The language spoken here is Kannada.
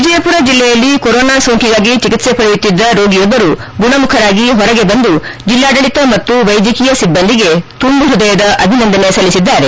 ವಿಜಯಪುರ ಜಿಲ್ಲೆಯಲ್ಲಿ ಕೊರೊನಾ ಸೋಂಕಿಗಾಗಿ ಚಿಕಿತ್ಸೆ ಪಡೆಯುತ್ತಿದ್ದ ರೋಗಿಯೊಬ್ಬರು ಗುಣಮುಖರಾಗಿ ಹೊರಗೆ ಬಂದು ಜಿಲ್ಲಾಡಳಿತ ಮತ್ತು ವೈದ್ಯಕೀಯ ಸಿಬ್ಬಂದಿಗೆ ತುಂಬು ಪೃದಯದ ಅಭಿನಂದನೆ ಸಲ್ಲಿಸಿದ್ದಾರೆ